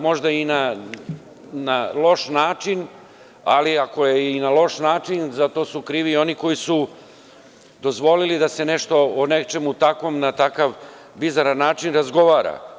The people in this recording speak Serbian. Možda i na loš način, ali ako je i na loš način, za to su krivi oni koji su dozvolili da se o nečemu takvom na takav bizaran način razgovara.